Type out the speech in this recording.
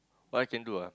what I can do ah